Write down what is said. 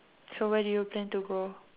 so where do you plan to go